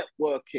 networking